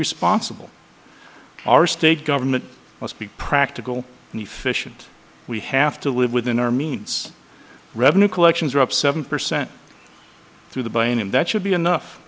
responsible our state government must be practical and efficient we have to live within our means revenue collections are up seven percent through the brain and that should be enough